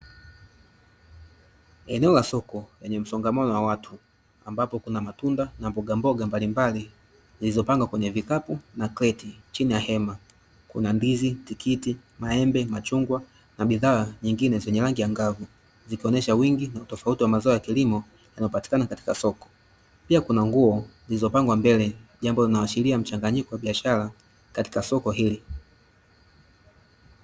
Eneo la soko lenye msongamano wa watu, ambapo kuna matunda na mbogamboga mbalimbali, zilizopangwa kwenye vikapu, na kreti chini ya hema, kuna ndizi, tikiti, maembe, machungwa na bidhaa nyingine zenye rangi angavu, zikionesha wingi na utofauti wa mazao ya kilimo, unaopatikana katika soko; pia kuna nguo zilizopangwa mbele, jambo linaloashiria mchanganyiko wa biashara katika soko hili.